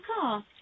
car